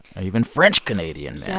even french canadian men? yeah.